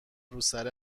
روسر